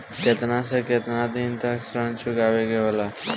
केतना से केतना दिन तक ऋण चुकावे के होखेला?